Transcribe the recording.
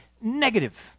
Negative